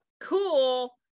Cool